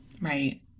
Right